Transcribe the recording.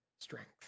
strength